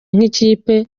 nk’ikipe